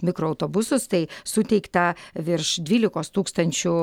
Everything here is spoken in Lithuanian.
mikroautobusus tai suteikta virš dvylikos tūkstančių